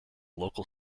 local